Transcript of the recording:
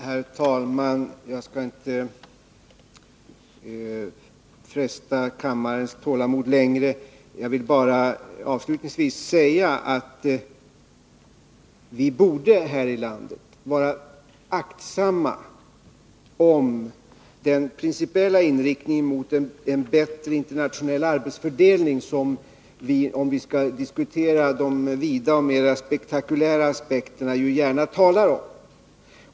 Herr talman! Jag skall inte fresta kammarens tålamod längre. Jag vill bara avslutningsvis säga att vi här i landet borde vara aktsamma om den principiella inriktningen mot en bättre internationell arbetsfördelning som vi, om vi skall diskutera de vida och mera spektakulära aspekterna, gärna talar om.